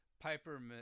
Piper